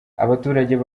abaturajye